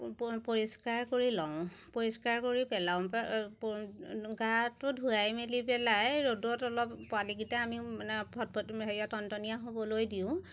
পৰিষ্কাৰ কৰি লওঁ পৰিষ্কাৰ কৰি পেলাওঁ গাটো ধুৱাই মেলি পেলাই ৰ'দত অলপ পোৱালিকেইটা আমি মানে ফটফটিয়া হেৰি তনতনীয়া হ'বলৈ দিওঁ